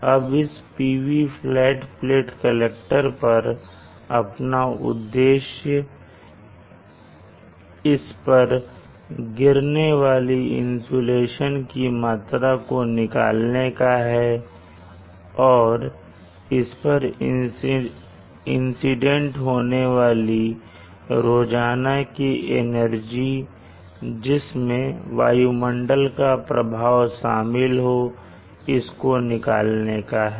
अब इस PV flat plate collector पर अपना उद्देश्य इस पर गिरने वाली इंसुलेशन की मात्रा को निकालने का है और इस पर इंसिडेंट होने वाली रोजाना की एनर्जी जिसमें वायुमंडल का प्रभाव शामिल हो इसको निकालने का है